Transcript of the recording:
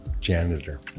Janitor